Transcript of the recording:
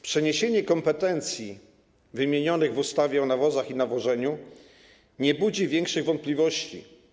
Przeniesienie kompetencji wymienionych w ustawie o nawozach i nawożeniu nie budzi większych wątpliwości.